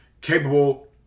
capable